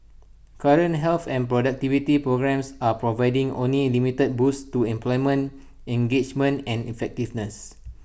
current health and productivity programmes are providing only limited boosts to employment engagement and effectiveness